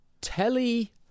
telly